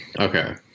Okay